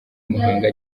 muhanga